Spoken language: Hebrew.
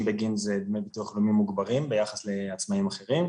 בגין זה דמי ביטוח לאומי מוגברים ביחס לעצמאים אחרים.